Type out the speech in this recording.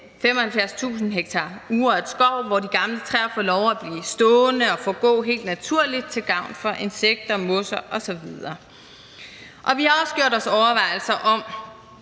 75.000 ha urørt skov, hvor de gamle træer får lov at blive stående og forgå helt naturligt til gavn for insekter, mosser osv. Vi har også gjort os overvejelser om